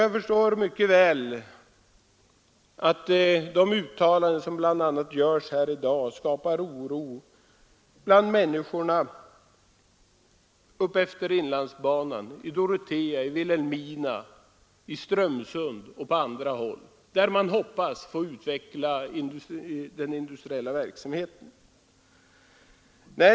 Jag förstår mycket väl att bl.a. de uttalanden som görs här i dag av kommunikationsministern skapar oro hos människorna uppefter inlandsbanan i Dorotea, i Vilhelmina, i Strömsund och på andra håll, där man hoppas få utveckla den industriella verksamheten.